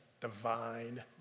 divine